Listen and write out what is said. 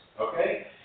Okay